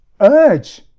urge